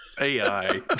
AI